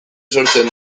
sortzen